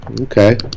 Okay